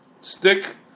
stick